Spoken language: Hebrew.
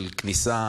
של כניסה